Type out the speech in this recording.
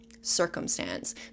circumstance